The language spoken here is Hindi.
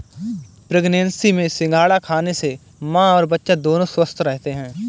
प्रेग्नेंसी में सिंघाड़ा खाने से मां और बच्चा दोनों स्वस्थ रहते है